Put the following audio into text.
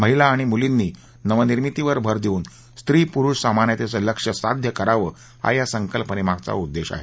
महिला आणि मुलींनी नवनिर्मितीवर भर देऊन स्त्री पुरुष समानतेचं लक्ष्य साध्य करावं हा या संकल्पनेमागचा उद्देश आहे